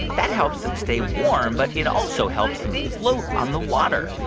that helps them stay warm, but it also helps them float on the water.